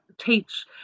teach